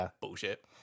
bullshit